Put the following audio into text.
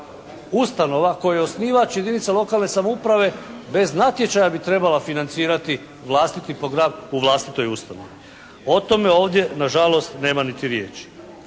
ustanova koju osnivač jedinica lokalne samouprave bez natječaja bi trebala financirati vlastiti program u vlastitoj ustanovi. O tome ovdje na žalost nema niti riječi.